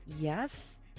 yes